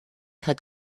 had